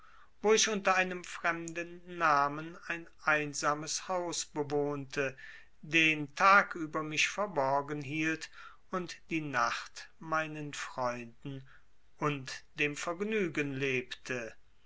wo ich unter einem fremden namen ein einsames haus bewohnte den tag über mich verborgen hielt und die nacht meinen freunden und dem vergnügen lebte